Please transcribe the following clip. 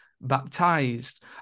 baptized